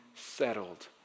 Settled